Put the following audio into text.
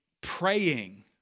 praying